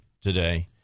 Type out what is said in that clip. today